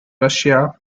russia